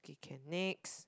can next